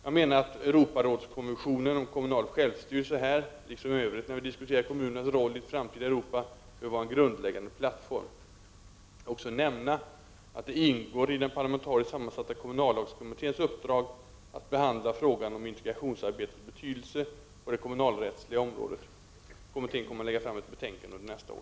Jag menar att Europarådskonventionen om kommunal självstyrelse här, liksom i övrigt när vi diskuterar kommunernas roll i ett framtida Europa, bör vara en grundläggande plattform. Jag vill också nämna att det ingår i den parlamentariskt sammansatta kommunallagskommitténs uppdrag att behandla frågan om integrationsarbetets betydelse på det kommunalrättsliga området. Kommittén kommer att lägga fram ett betänkande under nästa år.